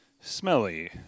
smelly